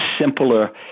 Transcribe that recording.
simpler